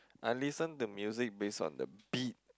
I listen the music base on the beat